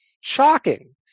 shocking